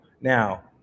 Now